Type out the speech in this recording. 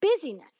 busyness